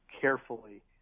carefully